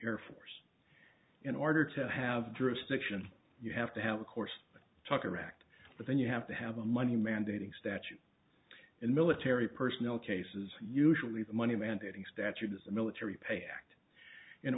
air force in order to have drifted ssion you have to have a course talk or act but then you have to have a money mandating statute and military personnel cases usually the money mandating statues the military pay act in